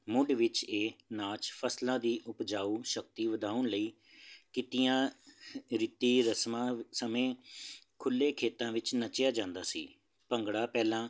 ਮੁੱਢ ਵਿੱਚ ਇਹ ਨਾਚ ਫ਼ਸਲਾਂ ਦੀ ਉਪਜਾਊ ਸ਼ਕਤੀ ਵਧਾਉਣ ਲਈ ਕੀਤੀਆਂ ਰੀਤੀ ਰਸਮਾਂ ਸਮੇਂ ਖੁੱਲ੍ਹੇ ਖੇਤਾਂ ਵਿੱਚ ਨੱਚਿਆ ਜਾਂਦਾ ਸੀ ਭੰਗੜਾ ਪਹਿਲਾਂ